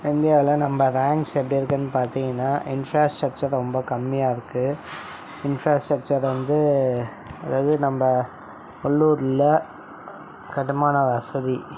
இந்தியாவில் நம்ம ராங்க்ஸ் எப்படி இருக்குன்னு பார்த்திங்கனா இன்ஃப்ராஸ்ட்ரக்ச்சர் தான் ரொம்ப கம்மியாக இருக்கு இன்ஃப்ராஸ்ட்ரக்ச்சரை வந்து அதாவது நம்ம உள்ளூரில் கட்டுமான வசதி